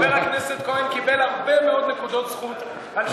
חבר הכנסת כהן קיבל הרבה מאוד נקודות זכות על שזיהה את השיר.